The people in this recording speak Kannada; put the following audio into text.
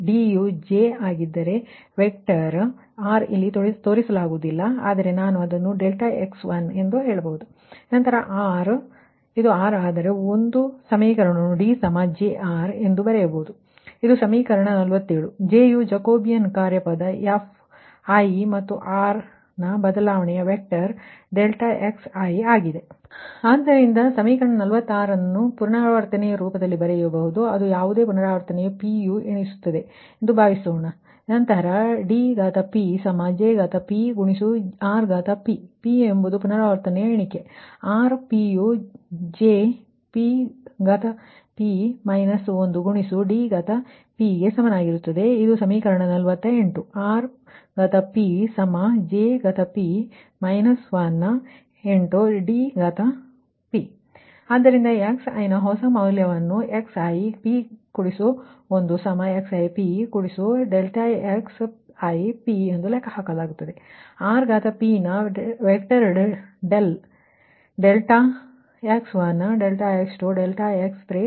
D ಯು J ಆಗಿದ್ದರೆ ಮತ್ತು ಈ ವೆಕ್ಟರ್ R ಇಲ್ಲಿ ತೋರಿಸಲಾಗುವುದಿಲ್ಲ ಆದರೆ ನಾನು ಅದನ್ನು ∆x1 ಕೇಳಬಹುದು ನಂತರ ಇದು R ಆದರೆ ಈ ಒಂದು ಸಮೀಕರಣವನ್ನು D JR ಎಂದು ಬರೆಯಬಹುದು ಇದು ಸಮೀಕರಣ 47 ಇದರಲ್ಲಿ J ಯು ಜಾಕೋಬೀನ್ ಫಂಕ್ಜನ್ fi ಮತ್ತು R ನ ಬದಲಾವಣೆಯ ವೆಕ್ಟರ್ ∆xi ಆಗಿದೆ ಆದ್ದರಿಂದ ಸಮೀಕರಣ 47 ಅನ್ನು ಪುನರಾವರ್ತನೆಯ ರೂಪದಲ್ಲಿ ಬರೆಯಬಹುದು ಅದು ಯಾವುದೇ ಪುನರಾವರ್ತನೆಯು p ಯನ್ನು ಎಣಿಸುತ್ತದೆ ಎಂದು ಭಾವಿಸೋಣ ನಂತರ D JR p ಎಂಬುದು ಪುನರಾವರ್ತನೆಯ ಎಣಿಕೆ ಅಂದರೆ R ಯು J 1 D ಗೆ ಸಮನಾಗಿರುತ್ತದೆ ಇದು ಸಮೀಕರಣ 48 R J 1 D ಆದ್ದರಿಂದ xi ನ ಹೊಸ ಮೌಲ್ಯವನ್ನು xip1xip∆xipಎಂದು ಲೆಕ್ಕಹಾಕಲಾಗುತ್ತದೆ ಅಲ್ಲಿ R ನ vector del ∆x1 ∆x2 ∆x3 ∆xnp ವರೆಗೆ ಆಗಿರುತ್ತದೆ